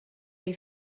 les